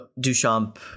Duchamp